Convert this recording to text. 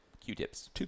Q-tips